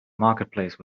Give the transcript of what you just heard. marketplace